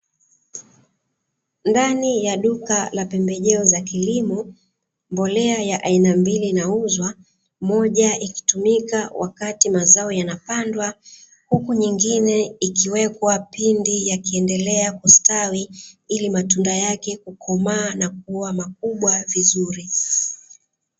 Ndani ya duka la pembejeo la kisasa huku mengine